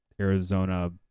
Arizona